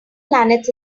planets